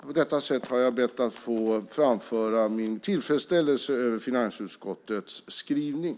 På detta sätt har jag bett att få framföra min tillfredsställelse över finansutskottets skrivning.